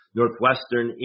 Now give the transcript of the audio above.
Northwestern